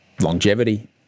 longevity